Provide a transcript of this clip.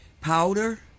powder –